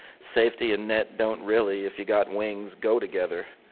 safety and net don't really, if you got wings, go together.